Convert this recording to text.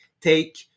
take